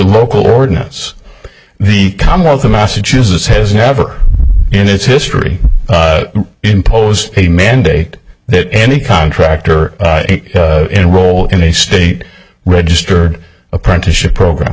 local ordinance the commonwealth of massachusetts has never in its history impose a mandate that any contractor role in a state registered apprenticeship program